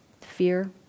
fear